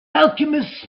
alchemists